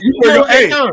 hey